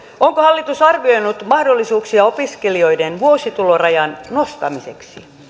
onko hallitus arvioinut mahdollisuuksia opiskelijoiden vuositulorajan nostamiseksi